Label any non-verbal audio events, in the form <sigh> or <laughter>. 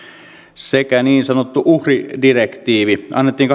sekä niin sanottu uhridirektiivi annettiin <unintelligible>